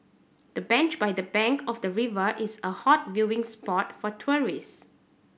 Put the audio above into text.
the bench by the bank of the river is a hot viewing spot for tourists